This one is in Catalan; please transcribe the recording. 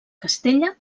castella